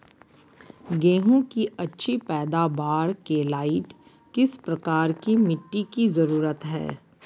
गेंहू की अच्छी पैदाबार के लाइट किस प्रकार की मिटटी की जरुरत है?